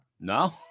No